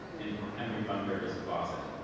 and henry bunbury's closet,